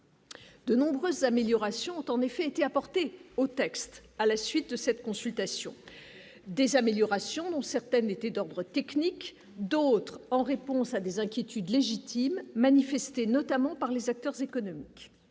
De nombreuses améliorations ont en effet été apportées au texte, à la suite de cette consultation des améliorations, dont certaines étaient d'ordre technique, d'autres en réponse à des inquiétudes légitimes manifesté notamment par les acteurs économiques,